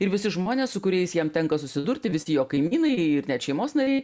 ir visi žmonės su kuriais jam tenka susidurti visi jo kaimynai ir net šeimos nariai